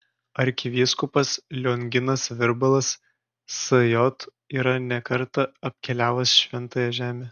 arkivyskupas lionginas virbalas sj yra ne kartą apkeliavęs šventąją žemę